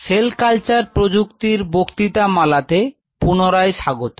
sell culture প্রযুক্তির বক্তৃতামালা তে পুনরায় স্বাগত